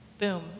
Boom